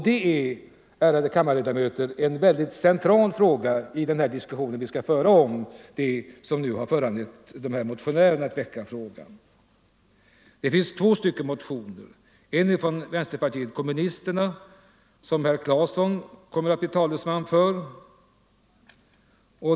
Det är, ärade kammarledamöter, en central fråga i den diskussion vi skall föra med anledning av de motioner som har väckts. Det finns två motioner. Den ena kommer från vänsterpartiet kommunisterna, som herr Claeson kommer att bli talesman för.